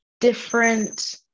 different